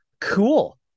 Cool